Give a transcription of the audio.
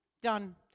done